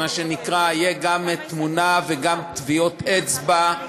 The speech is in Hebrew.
יהיו גם תמונה וגם טביעות אצבע,